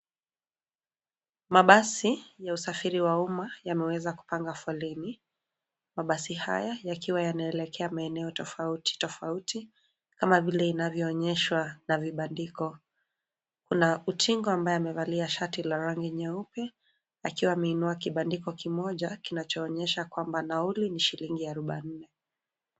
Mabasi ya usafiri wa umma yameweza kupanga foleni, mabasi haya yakiwa yanaelekea maeneo tofauti tofauti kama vile inavyoonyeshwa na vibandiko. Kuna utingo ambaye amevalia shati la rangi nyeupe, akiwa ameinua kibandiko kimoja kinachoonyesha kwamba nauli ni shilingi arobaini.